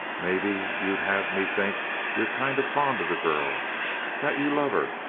maybe you'd have me think you're kind of fond of the girl that you love her,